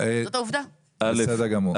בסדר גמור.